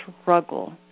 struggle